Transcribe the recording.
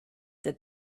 that